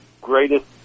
greatest